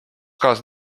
kaasa